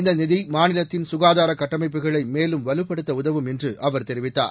இந்த நிதி மாநிலத்தின் சுகாதார கட்டமைப்புகளை மேலும் வலுப்படுத்த உதவும் என்று அவர் தெரிவித்தார்